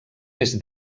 més